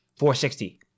460